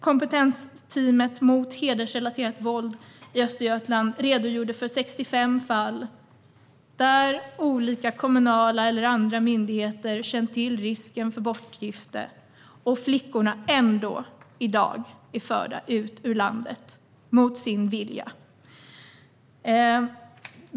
Kompetensteamet mot hedersrelaterat våld i Östergötland har redogjort för 65 fall där olika kommunala eller andra myndigheter känt till risken för bortgifte, och flickorna är ändå i dag förda ut ur landet - mot sin vilja.